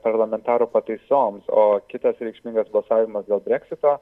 parlamentarų pataisoms o kitas reikšmingas balsavimas dėl breksito